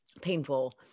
painful